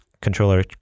controller